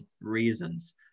reasons